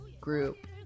group